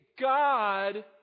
God